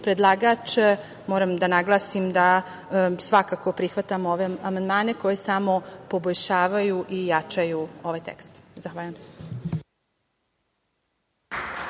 moram da naglasim, svakako prihvatam ove amandmane koji samo poboljšavaju i jačaju ovaj tekst. Zahvaljujem se.